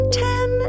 ten